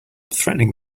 threatening